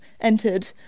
entered